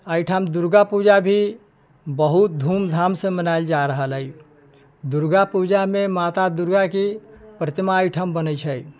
एहिठाम दुर्गा पूजा भी बहुत धूमधामसँ मनायल जा रहल है दुर्गा पूजामे माता दुर्गाके प्रतिमा एहिठाम बनै छै